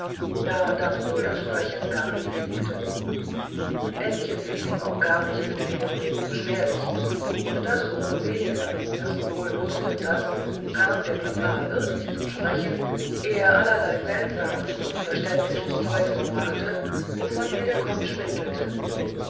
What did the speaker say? da dapsul das sprechen gar nicht liebte ännchen fiel ihm auch gar nicht mit vielem reden beschwerlich und das um so weniger da sie wohl wußte daß kam der papa wirklich zum sprechen er allerlei seltsames unverständliches zeug vorbrachte wovon ihr der kopf schwindelte